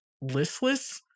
listless